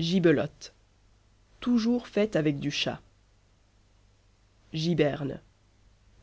gibelotte toujours faite avec du chat giberne